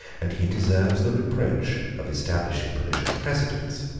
and he deserves the reproach of establishing pernicious precedents,